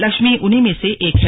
लक्ष्मी उन्हीं में से एक है